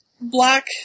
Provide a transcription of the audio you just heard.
black